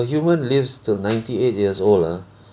human lives till ninety eight years old ah